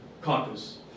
caucus